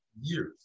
years